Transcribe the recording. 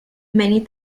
many